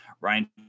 Ryan